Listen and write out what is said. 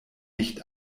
nicht